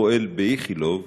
הפועל באיכילוב,